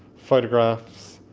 photographs,